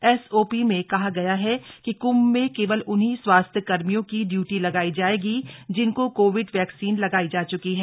SOP में कहा गया है कि क्ंभ में केवल उन्हीं स्वास्थ्यकर्मियों की इयूटी लगाई जाएगी जिनको कोविड वैक्सीन लगाई जा च्की है